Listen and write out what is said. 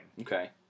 Okay